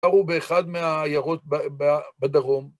קרו באחד מהעיירות ב... בדרום.